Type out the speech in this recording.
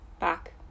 back